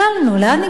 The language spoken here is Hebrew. לאן הגענו?